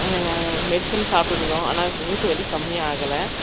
அது மெடிசன் சாப்பிட்டுட்டு இருந்தோம் ஆனால் இப்போ மூட்டு வலி கம்மியாகல